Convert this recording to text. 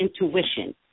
intuition